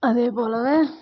அதேப் போலவே